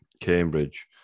Cambridge